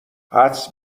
حدس